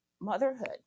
motherhood